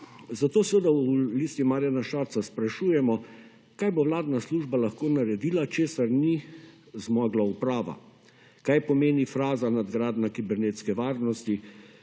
Zato v Listi Marjana Šarca sprašujemo: kaj bo vladna služba lahko naredila, česar ni zmogla uprava; kaj pomeni fraza »nadgradnja kibernetske varnosti«;